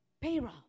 payroll